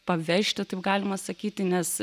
pavežti taip galima sakyti nes